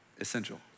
essential